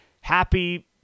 Happy